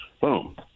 boom